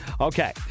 Okay